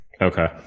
Okay